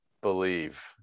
believe